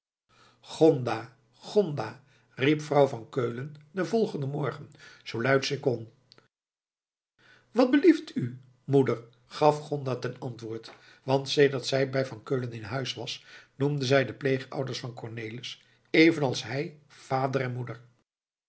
gonda gonda riep vrouw van keulen den volgenden morgen zoo luid zij kon wat belieft u moeder gaf gonda ten antwoord want sedert zij bij van keulen in huis was noemde zij de pleegouders van cornelis evenals hij vader en moeder